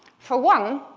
for one,